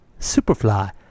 Superfly